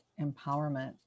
empowerment